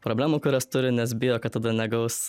problemų kurias turi nes bijo kad tada negaus